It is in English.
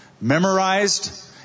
memorized